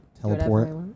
teleport